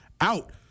out